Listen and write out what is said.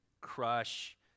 crush